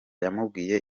yamubwiye